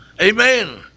Amen